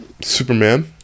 superman